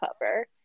cover